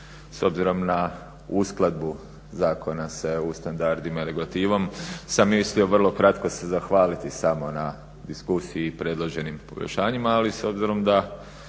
s obzirom na uskladbu zakona sa EU standardima i regulativom sam mislio vrlo kratko se zahvaliti samo na diskusiji i predloženim poboljšanjima. Ali s obzirom da